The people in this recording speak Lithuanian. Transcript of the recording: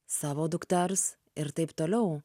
savo dukters ir taip toliau